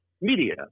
media